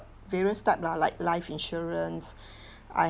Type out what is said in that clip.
various type lah like life insurance I